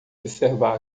observar